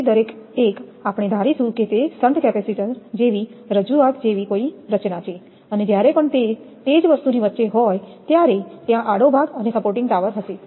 તેથી દરેક એક આપણે ધારીશું કે તે શન્ટ કેપેસિટર જેવી રજૂઆત જેવી કંઈક રચના છે અને જ્યારે પણ તે તે જ વસ્તુની વચ્ચે હોય ત્યારે ત્યાં આડો ભાગ અને સપોર્ટિંગ ટાવર હશે